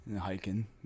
hiking